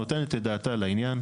נותנת את דעתה לעניין.